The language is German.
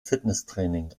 fitnesstraining